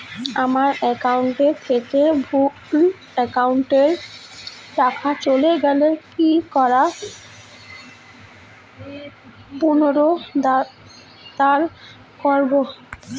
আমার একাউন্ট থেকে ভুল একাউন্টে টাকা চলে গেছে কি করে পুনরুদ্ধার করবো?